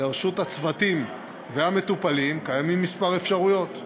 לרשות הצוותים והמטופלים קיימות כמה אפשרויות: